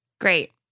Great